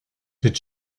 did